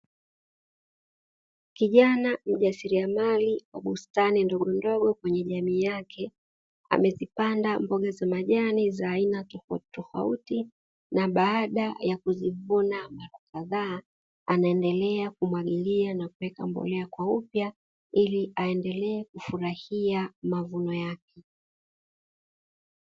Kijana mjasiriamali wa bustani ndogo ndogo kwenye jamii yake amejipanda mboga za majani za aina tofautitofauti na baada ya kuzivuna mara kadhaa anaendelea kumwagilia mapema kwa upya ili aendelee kufurahia mavuno yake.